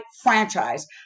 franchise